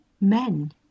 men